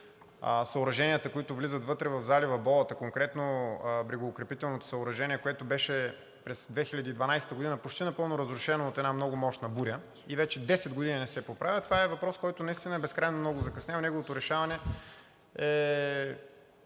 съоръженията, които влизат вътре в залива Болата – конкретно брегоукрепителното съоръжение, което през 2012 г. беше почти напълно разрушено от една много мощна буря и вече 10 години не се поправя, е въпрос, който наистина е безкрайно много закъснял и неговото решаване е